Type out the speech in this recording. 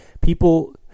people